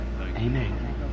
Amen